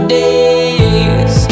days